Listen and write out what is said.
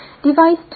Device